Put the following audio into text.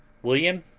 william,